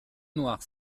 noirs